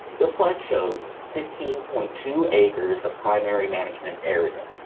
this slide shows fifteen point two acres of primary management area.